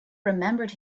remembered